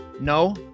No